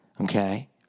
Okay